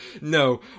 No